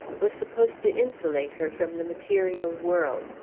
was supposed to insulate her from the material world,